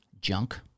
junk